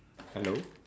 hello